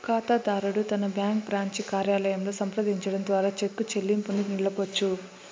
కాతాదారుడు తన bank branch కార్యాలయంలో సంప్రదించడం ద్వారా చెక్కు చెల్లింపుని నిలపొచ్చు